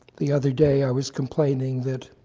the other day, i was complaining that